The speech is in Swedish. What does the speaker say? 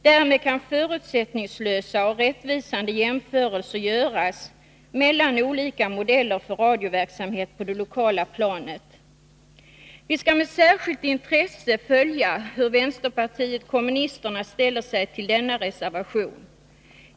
Därmed kan förutsättningslösa och rättvisande jämförelser göras mellan olika modeller för radioverksamhet på det lokala planet. Vi skall med särskilt intresse följa hur vänsterpartiet kommunisterna ställer sig till denna reservation.